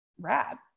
rad